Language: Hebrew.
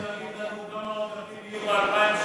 אתה יכול להגיד לנו כמה עודפים יהיו ב-2013?